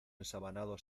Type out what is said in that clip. ensabanado